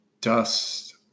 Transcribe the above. dust